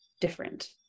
different